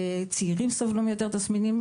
צעירים סבלו מיותר תסמינים.